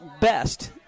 best